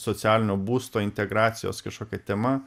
socialinio būsto integracijos kažkokia tema